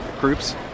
groups